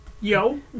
Yo